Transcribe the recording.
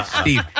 Steve